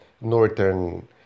northern